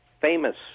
Famous